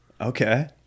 Okay